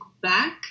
back